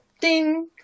ding